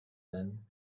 then